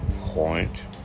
point